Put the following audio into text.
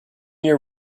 year